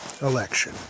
election